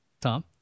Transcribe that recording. Tom